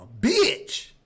bitch